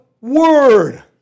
word